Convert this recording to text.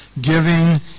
giving